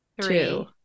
two